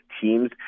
teams